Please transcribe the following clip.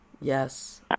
Yes